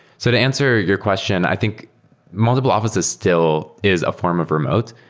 so to answer your question, i think multiple offices still is a form of remote.